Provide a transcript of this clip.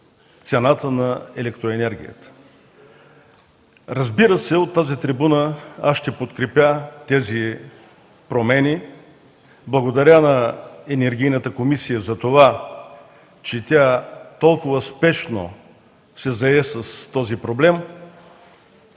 цената на електроенергията. Разбира се, от тази трибуна аз ще подкрепя тези промени. Благодаря на Енергийната комисия, затова че тя спешно се зае с проблема.